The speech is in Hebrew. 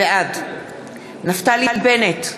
בעד נפתלי בנט,